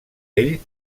ell